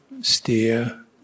steer